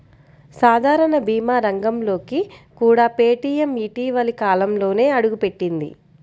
సాధారణ భీమా రంగంలోకి కూడా పేటీఎం ఇటీవలి కాలంలోనే అడుగుపెట్టింది